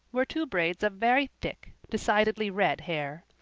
were two braids of very thick, decidedly red hair.